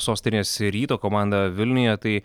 sostinės ryto komanda vilniuje tai